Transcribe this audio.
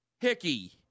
Hickey